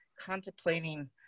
contemplating